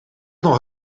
nog